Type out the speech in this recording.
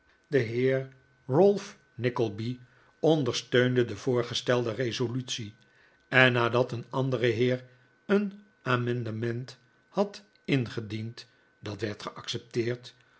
de heer ralph nickleby ondersteunde de voorgestelde resolutie en nadat een andere heer een amendement had ingediend dat werd geaccepteerd